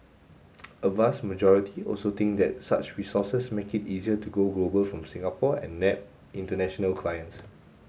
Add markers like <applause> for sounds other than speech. <noise> a vast majority also think that such resources make it easier to go global from Singapore and nab international clients